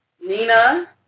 Nina